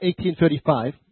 18.35